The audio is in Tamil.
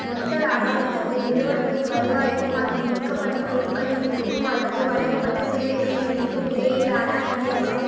மொத்த லாபம் என்பது நிறுவனத்தின் வருவாய்க்கும் அதன் விற்கப்பட்ட பொருட்களின் விலைக்கும் அல்லது வழங்கப்பட்ட சேவைகளின் விலைக்கும் இடையிலான வித்தியாசம்